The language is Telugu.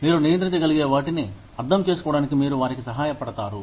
మీరు నియంత్రించగలిగే వాటిని అర్థం చేసుకోవడానికి మీరు వారికి సహాయపడతారు